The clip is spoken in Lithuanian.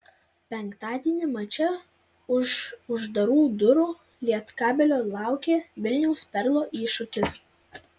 penktadienį mače už uždarų durų lietkabelio laukia vilniaus perlo iššūkis